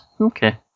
Okay